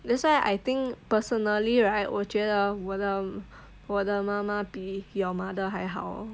that's why I think personally right 我觉得我的我的妈妈比 your mother 还好